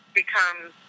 becomes